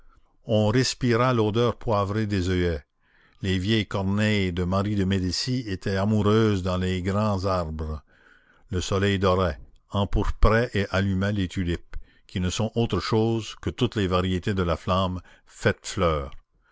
on respirait l'odeur poivrée des oeillets les vieilles corneilles de marie de médicis étaient amoureuses dans les grands arbres le soleil dorait empourprait et allumait les tulipes qui ne sont autre chose que toutes les variétés de la flamme faites fleurs